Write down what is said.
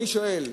אני שואל,